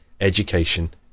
education